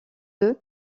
œufs